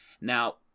Now